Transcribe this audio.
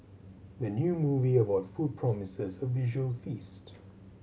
the new movie about food promises a visual feast